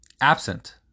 absent